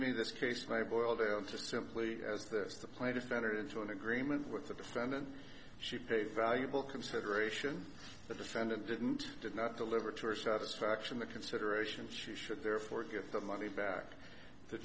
me this case may boil down to just simply as this the plaintiff entered into an agreement with the defendant she paid valuable consideration the defendant didn't did not deliver to or satisfaction the consideration she should therefore get the money back the